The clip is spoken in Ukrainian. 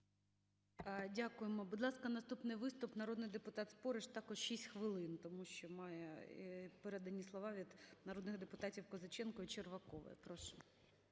Дякуємо. Будь ласка, наступний виступ – народний депутат Спориш. Також 6 хвилин, тому що має передані слова від народних депутатів Козаченка і Червакової. Прошу.